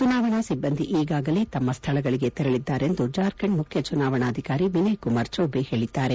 ಚುನಾವಣಾ ಸಿಬ್ಬಂದಿ ಈಗಾಗಲೇ ತಮ್ಮ ಸ್ಥಳಗಳಗೆ ತೆರಳಿದ್ದಾರೆಂದು ಜಾರ್ಖಂಡ್ ಮುಖ್ಯ ಚುನಾವಣಾಧಿಕಾರಿ ವಿನಯ್ ಕುಮಾರ್ ಹೇಳಿದ್ದಾರೆ